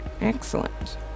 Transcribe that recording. Excellent